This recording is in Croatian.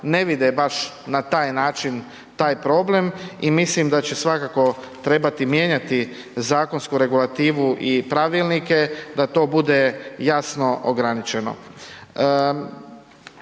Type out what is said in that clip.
ne vide baš na taj način taj problem i mislim da će svakako trebati mijenjati zakonsku regulativu i pravilnike da to bude jasno ograničeno.